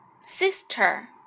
Sister